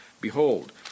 Behold